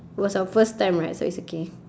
it was our first time right so it's okay